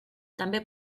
també